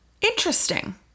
Interesting